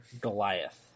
Goliath